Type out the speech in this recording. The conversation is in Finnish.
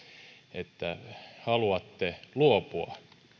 että haluatte luopua